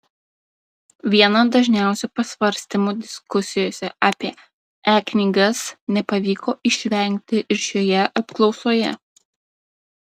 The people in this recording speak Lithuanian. vieno dažniausių pasvarstymų diskusijose apie e knygas nepavyko išvengti ir šioje apklausoje